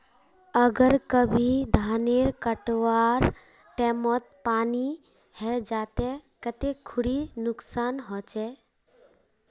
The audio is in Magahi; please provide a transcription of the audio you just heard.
अगर कभी धानेर कटवार टैमोत पानी है जहा ते कते खुरी नुकसान होचए?